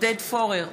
עודד פורר,